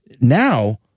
Now